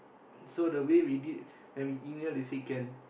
so the way we did when we emailed they say can